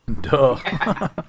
Duh